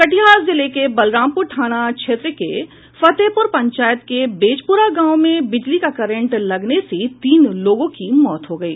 कटिहार जिले के बलरामपुर थाना क्षेत्र के फतेहपुर पंचायत के बेजपुरा गांव में बिजली का करंट लगने से तीन लोगों की मौत हो गयी